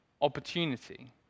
opportunity